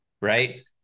right